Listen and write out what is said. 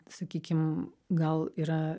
sakykim gal yra